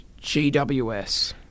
GWS